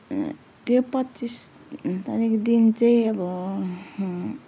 त्यो पच्चिस तारिकको दिन चाहिँ अब